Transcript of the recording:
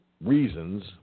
reasons